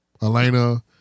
Elena